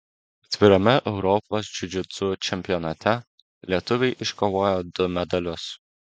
atvirame europos džiudžitsu čempionate lietuviai iškovojo du medalius